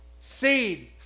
seed